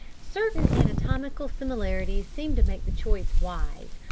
certain anatomical similarities seemed to make the choice wise.